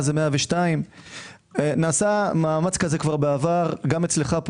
מה זה 102. נעשה מאמץ כזה בעבר גם אצלך,